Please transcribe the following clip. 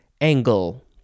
angle